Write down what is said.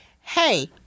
Hey